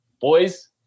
boys